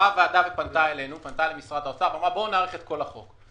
באה הוועדה אלינו ופנתה למשרד האוצר ואמרה: בואו נאריך את כל החוק.